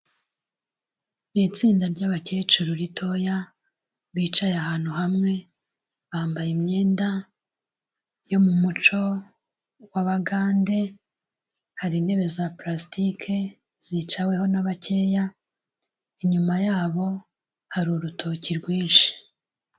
Ni itsinda ry'abakecuru ritoya bicaye ahantu hamwe bambaye imyenda yo mu muco w'Abagande, hari intebe za parasitike zicaweho na bakeya, inyuma yabo hari urutoki rwinshi.